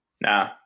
Nah